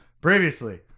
previously